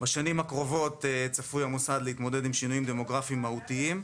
בשנים הקרובות צפוי המוסד להתמודד עם שינויים דמוגרפיים מהותיים,